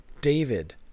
David